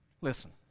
Listen